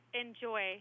Enjoy